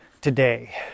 today